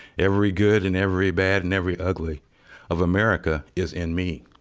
every good, and every bad, and every ugly of america is in me.